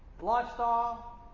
Lifestyle